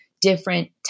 different